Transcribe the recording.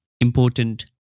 important